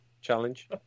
challenge